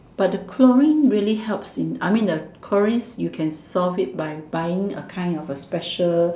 but the chlorine really helps in I mean the chlorine's you can solve it by buying a kind of a special